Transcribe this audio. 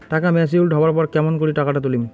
টাকা ম্যাচিওরড হবার পর কেমন করি টাকাটা তুলিম?